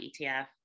ETF